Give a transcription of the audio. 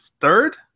third